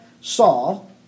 Saul